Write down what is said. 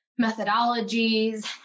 methodologies